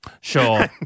Sure